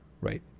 right